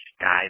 guys